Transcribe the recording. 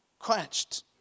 quenched